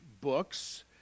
books